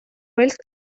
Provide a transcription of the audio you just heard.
wright